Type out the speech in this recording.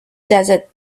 desert